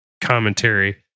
commentary